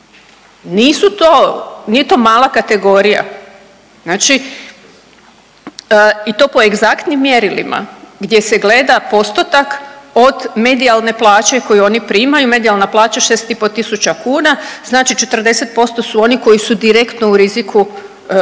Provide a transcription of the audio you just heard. nije to mala kategorija. Znači i to po egzaktnim mjerilima gdje se gleda postotak od medijalne plaće koju oni primaju, medijalna plaća 6 i pol tisuća kuna. Znači 40% su oni koji su direktno u riziku od,